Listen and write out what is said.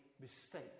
mistake